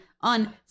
on